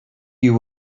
you